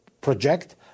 project